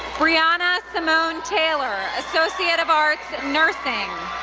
brianna simone taylor, associate of arts, nursing.